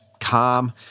calm